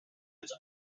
its